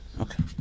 Okay